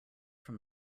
from